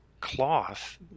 cloth